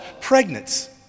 pregnant